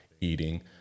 eating